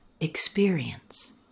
experience